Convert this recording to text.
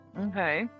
Okay